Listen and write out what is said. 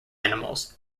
animals